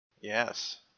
Yes